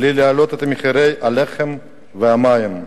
בלי להעלות את מחירי הלחם והמים.